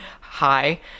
hi